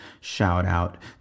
shout-out